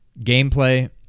Gameplay